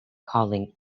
calling